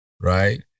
Right